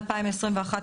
2021,